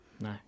No